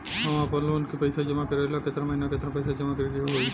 हम आपनलोन के पइसा जमा करेला केतना महीना केतना पइसा जमा करे के होई?